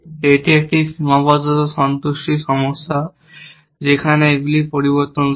এটি একটি সীমাবদ্ধতা সন্তুষ্টি সমস্যা যেখানে এইগুলি পরিবর্তনশীল